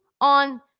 on